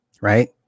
Right